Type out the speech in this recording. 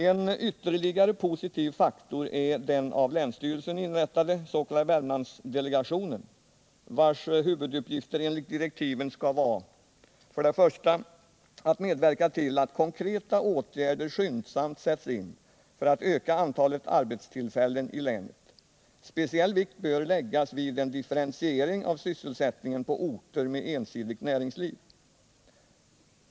En ytterligare positiv faktor är den av länsstyrelsen inrättade s.k. Värmlandsdelegationen vars huvuduppgifter enligt direktiven skall vara: För det första att medverka till att konkreta åtgärder skyndsamt sätts in för att öka antalet arbetstillfällen i länet; speciell vikt bör läggas vid en differentiering av sysselsättningen på orter med ensidigt näringsliv.